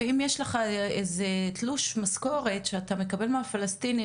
ואם יש לך איזה תלוש משכורת שאתה מקבל מהפלסטינים,